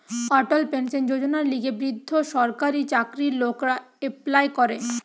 অটল pension যোজনার লিগে বৃদ্ধ সরকারি চাকরির লোকরা এপ্লাই করে